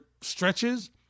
stretches